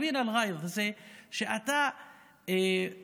בערבית: "ולאלה שעוצרים את כעסם",) שאתה תתאפק